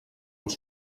als